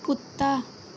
कुत्ता